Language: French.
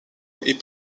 est